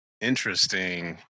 interesting